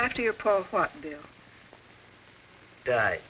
after your what